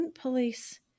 police